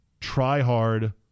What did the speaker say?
try-hard